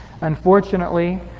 unfortunately